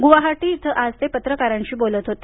गुवाहाटी इथं आज ते पत्रकारांशी बोलत होते